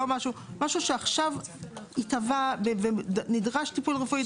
משהו שעכשיו התהווה ונדרש טיפול רפואי,